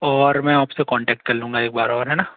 और मैं आप से कांटेक्ट कर लूँगा एक बार और है ना